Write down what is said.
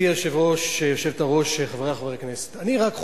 גברתי היושבת-ראש, חברי חברי הכנסת, אני רק חושב,